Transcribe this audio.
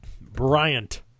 Bryant